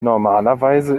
normalerweise